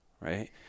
right